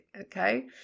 okay